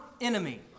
enemy